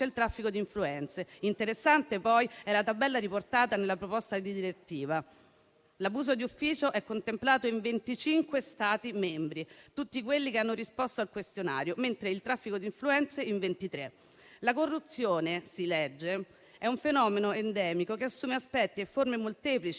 il traffico di influenze. Interessante poi è la tabella riportata nella proposta di direttiva. Il reato di abuso d'ufficio è contemplato in 25 Stati membri, tutti quelli che hanno risposto al questionario, mentre il traffico di influenze in 23 Stati. La corruzione - si legge - è un fenomeno endemico che assume aspetti e forme molteplici